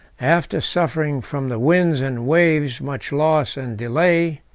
after suffering from the winds and waves much loss and delay,